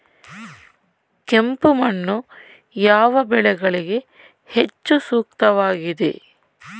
ಕೆಂಪು ಮಣ್ಣು ಯಾವ ಬೆಳೆಗಳಿಗೆ ಹೆಚ್ಚು ಸೂಕ್ತವಾಗಿದೆ?